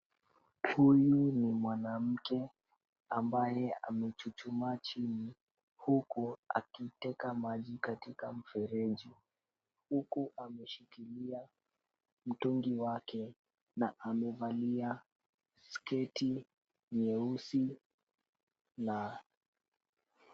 Huyu ni mwanamke ambaye amechuchumaa chini huku akiteka maji katika mfereji huku ameshikilia mtungi wake na amevalia sketi nyeusi na.